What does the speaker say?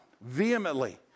vehemently